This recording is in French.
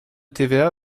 tva